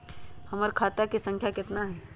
हमर खाता के सांख्या कतना हई?